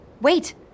Wait